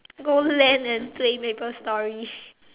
go LAN and play MapleStory